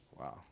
Wow